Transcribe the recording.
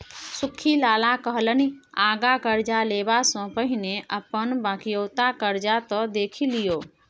सुख्खी लाला कहलनि आँगा करजा लेबासँ पहिने अपन बकिऔता करजा त देखि लियौ